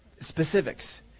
specifics